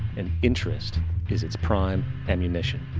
and interest is its prime ammunition.